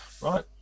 Right